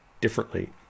differently